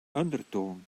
undertone